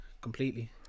Completely